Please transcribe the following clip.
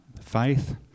faith